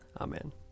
Amen